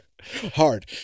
Hard